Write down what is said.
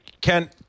Ken